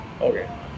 Okay